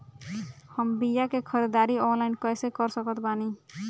हम बीया के ख़रीदारी ऑनलाइन कैसे कर सकत बानी?